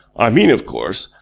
i mean, of course,